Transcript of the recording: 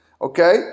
okay